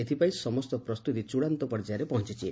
ଏଥିପାଇଁ ସମସ୍ତ ପ୍ରସ୍ତୁତି ଚୂଡାନ୍ତ ପର୍ଯ୍ୟାୟରେ ପହଞ୍ଚିଛି